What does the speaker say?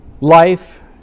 Life